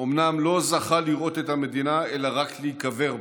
אומנם לא זכה לראות את המדינה אלא רק להיקבר בה,